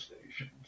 stations